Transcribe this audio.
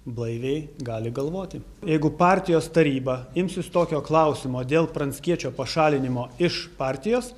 blaiviai gali galvoti jeigu partijos taryba imsis tokio klausimo dėl pranckiečio pašalinimo iš partijos